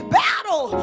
battle